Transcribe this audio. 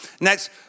next